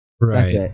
right